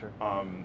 sure